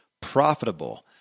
profitable